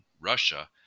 Russia